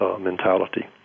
mentality